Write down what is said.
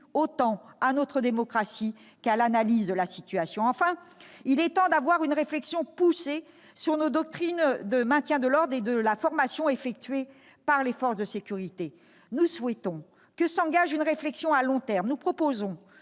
autant à notre démocratie qu'à l'analyse de la situation. Enfin, il est temps de mener une réflexion poussée sur nos doctrines de maintien de l'ordre et de formation des forces de sécurité. Nous souhaitons que s'engage à cet égard une réflexion à long terme : nous proposons